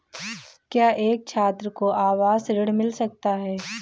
क्या एक छात्र को आवास ऋण मिल सकता है?